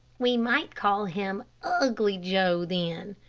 we might call him ugly joe then,